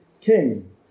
king